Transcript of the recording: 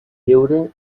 lleure